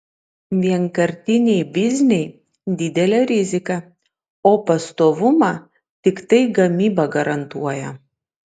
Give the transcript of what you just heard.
vienkartiniai bizniai didelė rizika o pastovumą tiktai gamyba garantuoja